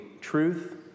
truth